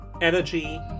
Energy